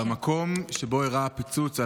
במקום שבו אירע הפיצוץ,